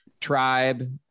tribe